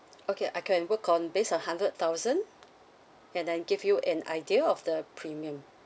okay I can work on base a hundred thousand and then give you an idea of the premium